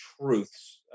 Truths